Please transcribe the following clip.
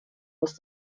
muss